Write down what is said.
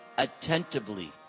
Attentively